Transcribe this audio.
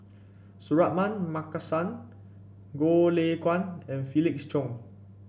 Suratman Markasan Goh Lay Kuan and Felix Cheong